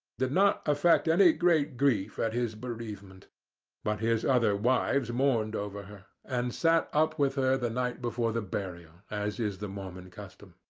did not affect any great grief at his bereavement but his other wives mourned over her, and sat up with her the night before the burial, as is the mormon custom.